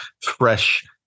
fresh